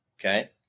okay